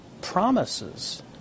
promises